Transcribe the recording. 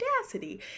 audacity